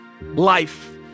life